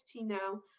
now